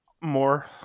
more